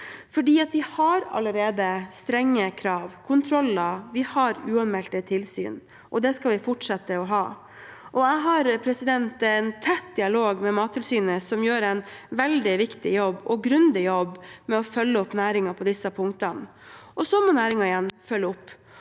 for vi har allerede strenge krav og kontroller, vi har uanmeldte tilsyn, og det skal vi fortsette å ha. Jeg har en tett dialog med Mattilsynet, som gjør en veldig viktig og grundig jobb med å følge opp næringen på disse punktene. Så må næringen igjen følge opp.